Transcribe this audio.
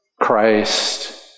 Christ